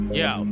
yo